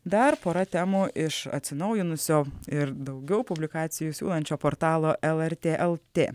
dar pora temų iš atsinaujinusio ir daugiau publikacijų siūlančio portalo lrt lt